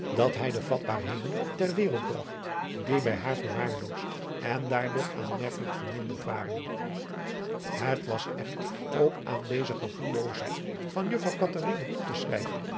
dat hij de vatbaarheden ter wereld bragt die bij haar verwaarloosd en daardoor aanmerkelijk verminderd waren het was echter ook aan deze gevoelloosheid van juffrouw catharina toe te schrijven